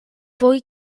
fwy